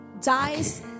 dies